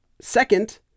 Second